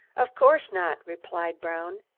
of course not, replied brown.